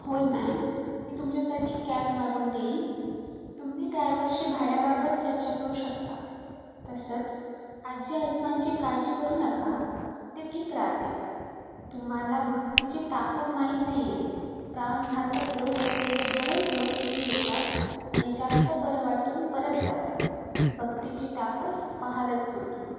होय मॅम मी तुमच्यासाठी कॅब मागवून देईन तुम्ही ड्रायव्हरशी भाड्याबाबत चर्चा करू शकता तसंच आजी आजोबांची काळजी करू नका ते ठीक राहतील तुम्हाला भक्तीची ताकद माहीत नाही आहे प्राणघातक रोग असलेले बरेच लोक इथे येतात आणि जास्त बरं वाटून परत जातात भक्तीची ताकत पाहालच तुम्ही